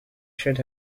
should